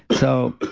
so,